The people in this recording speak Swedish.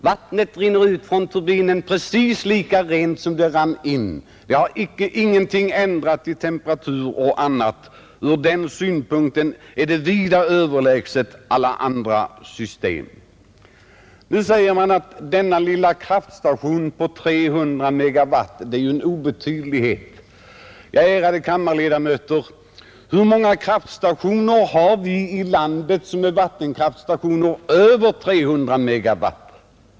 Vattnet rinner ut från turbinen precis lika rent som det rann in — ingenting har ändrats i temperatur eller annat. Ur den synpunkten är systemet vida överlägset alla andra system. Nu säger man att denna lilla kraftstation på 300 MW är ju en obetydlighet. Ja, ärade kammarledamöter, hur många kraftstationer har vi i landet som är på över 300 MW?